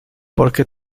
porque